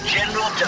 General